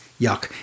Yuck